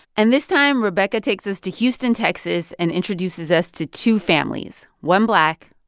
and this time rebecca takes us to houston, texas, and introduces us to two families one black,